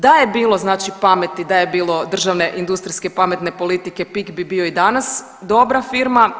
Da je bilo znači pameti, da je bilo državne industrijske pametne politike PIK bi bio i danas dobra firma.